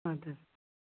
اَدٕ حَظ